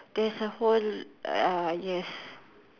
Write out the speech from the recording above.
there's a hole err yes